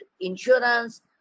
insurance